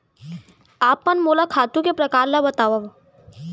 आप मन मोला खातू के प्रकार ल बतावव?